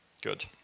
Good